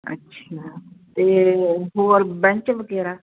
ਅੱਛਾ ਅਤੇ ਹੋਰ ਬੈਂਚ ਵਗੈਰਾ